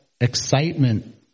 excitement